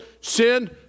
sin